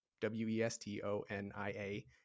W-E-S-T-O-N-I-A